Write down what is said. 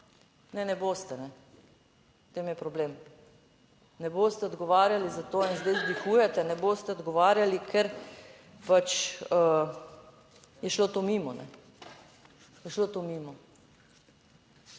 Ne, ne boste, ne. V tem je problem, ne boste odgovarjali za to. In zdaj vzdihujete. Ne boste odgovarjali, ker pač je šlo to mimo, ne. Je šlo to mimo.